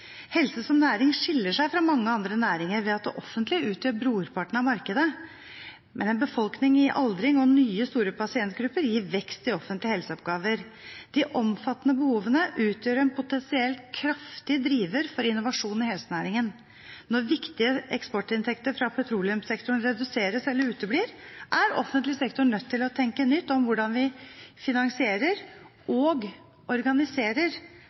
Helse som næring skiller seg fra mange andre næringer ved at det offentlige utgjør brorparten av markedet. En befolkning i aldring og nye, store pasientgrupper gir vekst i offentlige helseoppgaver. De omfattende behovene utgjør en potensielt kraftig driver for innovasjon i helsenæringen. Når viktige eksportinntekter fra petroleumssektoren reduseres eller uteblir er offentlig sektor nødt til å tenke nytt om hvordan vi finansierer og organiserer